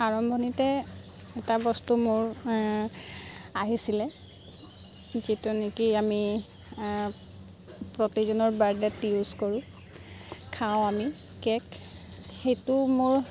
আৰম্ভণিতে এটা বস্তু মোৰ আহিছিলে যিটো নেকি আমি প্ৰতিজনৰ বাৰ্থডে'ত ইউজ কৰোঁ খাওঁ আমি কে'ক সেইটো মোৰ